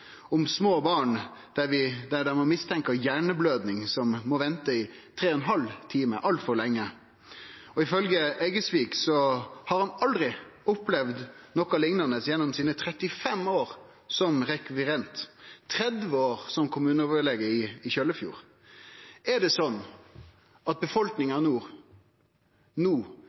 om små barn som ved mistanke om hjernebløding må vente i tre og ein halv time – altfor lenge. Ifølgje Eggesvik har han aldri opplevd noko liknande gjennom 35 år som rekvirent, av dette 30 år som kommunelege. Er det slik at befolkninga i nord no